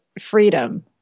freedom